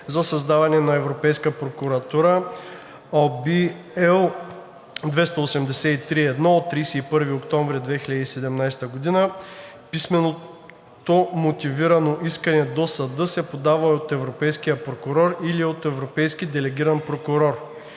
за създаване на Европейска прокуратура (OB, L 283/1 от 31 октомври 2017 г.) писменото мотивирано искане до съда се подава от европейския прокурор или от европейски делегиран прокурор.“;